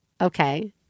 okay